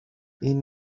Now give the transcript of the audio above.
این